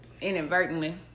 inadvertently